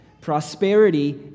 Prosperity